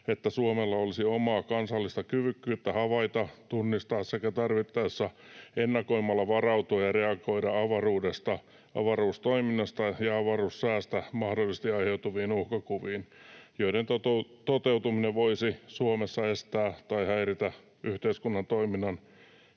että Suomella olisi omaa kansallista kyvykkyyttä havaita, tunnistaa sekä tarvittaessa ennakoimalla varautua ja reagoida avaruudesta, avaruustoiminnasta ja avaruussäästä mahdollisesti aiheutuviin uhkakuviin, joiden toteutuminen voisi Suomessa estää tai häiritä yhteiskunnan toiminnan